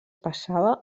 passava